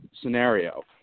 scenario